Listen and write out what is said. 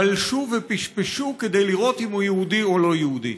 בלשו ופשפשו כדי לראות אם הוא יהודי או לא יהודי.